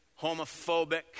homophobic